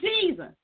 Jesus